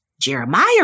Jeremiah